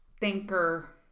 thinker